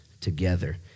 together